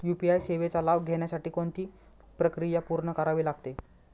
UPI सेवेचा लाभ घेण्यासाठी कोणती प्रक्रिया पूर्ण करावी लागते?